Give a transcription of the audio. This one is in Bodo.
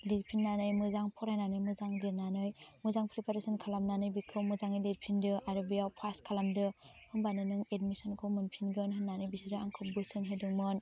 लिरफिन्नानै मोजां फरायनानै मोजां लिरनानै मोजां प्रिपारेसन खालामनानै बिखौ मोजाङै लिरफिनदो आरो बेयाव पास खालामदो होमबानो नों एडमिसनखौ मोनफिनगोन होन्नानै बिसोरो आंखौ बोसोन होदोंमोन